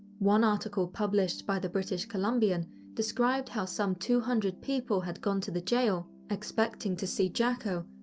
one article published by the british columbian described how some two hundred people had gone to the jail expecting to see jacko,